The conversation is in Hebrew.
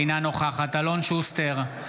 אינה נוכחת אלון שוסטר,